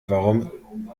warum